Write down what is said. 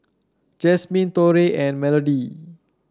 Jasmine Torey and Melodee